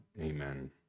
Amen